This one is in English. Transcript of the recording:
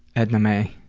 edna mae?